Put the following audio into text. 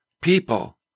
people